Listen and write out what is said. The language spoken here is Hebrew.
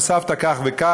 הוספת כך וכך,